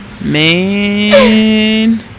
Man